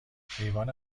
حیوان